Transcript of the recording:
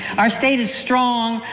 our state is strong.